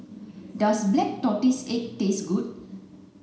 does black tortoise cake taste good